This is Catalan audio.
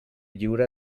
lliure